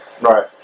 Right